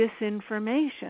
disinformation